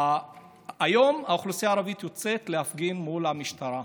היום האוכלוסייה הערבית יוצאת להפגין מול המשטרה,